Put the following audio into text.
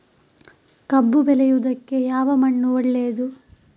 ಕಬ್ಬು ಬೆಳೆಯುವುದಕ್ಕೆ ಯಾವ ಮಣ್ಣು ಒಳ್ಳೆಯದು?